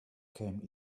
came